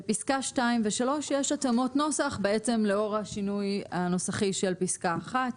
בפסקה (2) ו-(3) יש התאמות נוסח לאור השינוי הנוסחי של פסקה (1).